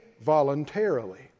voluntarily